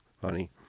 honey